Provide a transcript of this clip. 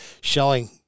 showing